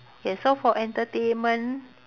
yes so for entertainment